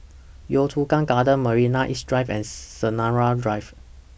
Yio Chu Kang Gardens Marina East Drive and Sinaran Drive